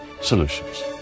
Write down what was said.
Solutions